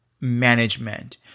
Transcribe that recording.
management